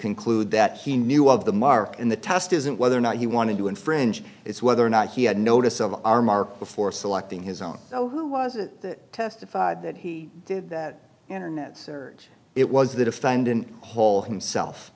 conclude that he knew of the mark in the test isn't whether or not he wanted to infringe it's whether or not he had notice of our mark before selecting his own so who was it that testified that he did that internet search it was the defendant hole himself